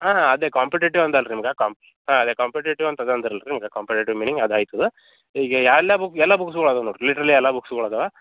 ಹಾಂ ಅದೇ ಕಾಂಪಿಟೇಟಿವ್ ಅಂದೆ ಅಲ್ಲ ರೀ ನಿಮ್ಗೆ ಕಾಮ್ ಹಾಂ ಅದೇ ಕಾಂಪಿಟೇಟಿವ್ ಅದೆ ಅಂದೆ ಅಲ್ಲ ರೀ ಕಾಂಪಿಟೇಟಿವ್ ಮೀನಿಂಗ್ ಅದೆ ಆಯ್ತದೆ ಈಗ ಎಲ್ಲ ಬು ಎಲ್ಲ ಬುಕ್ಸ್ಗಳು ಅದಾವೆ ನೋಡಿರಿ ಲಿಟ್ರಲ್ಲಿ ಎಲ್ಲ ಬುಕ್ಸು ಅದಾವೆ